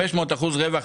500 אחוזי רווח,